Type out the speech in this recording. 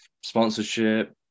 sponsorship